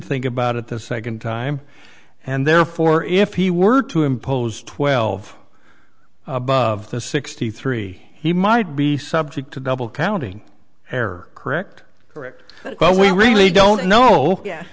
think about it the second time and therefore if he were to impose twelve of the sixty three he might be subject to double counting error correct correct but we really don't know